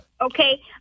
Okay